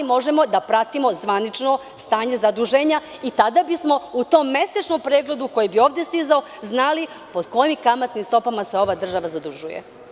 Možemo da pratimo zvanično stanje zaduženja i tada bismo u tom mesečnom pregledu koji bi ovde stizao, zna li po kojim kamatnim stopama se ova država zadužuje.